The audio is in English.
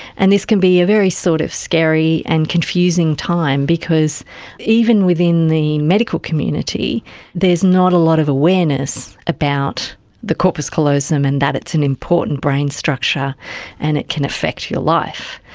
and this can be a very sort of scary and confusing time because even within the medical community there's not a lot of awareness about the corpus callosum and that it's an important brain structure and it can affect your life.